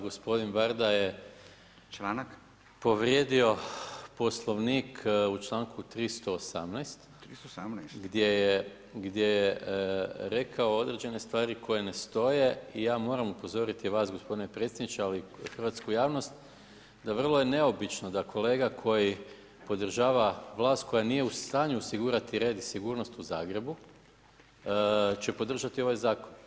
Gospodin Varda je povrijedio Poslovnik u čl. 318. gdje je rekao određene stvari koje ne stoje i ja moram upozoriti vas gospodine podpredsjedniče, ali i hrvatsku javnost, da vrlo je neobično da kolega koji podržava vlast koja nije u stanju osigurati red i sigurnost u Zagrebu će podržati ovaj zakon.